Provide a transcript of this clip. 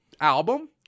album